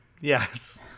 Yes